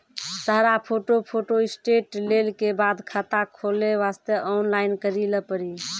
सारा photo photostat लेल के बाद खाता खोले वास्ते ऑनलाइन करिल पड़ी?